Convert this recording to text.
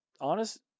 Honest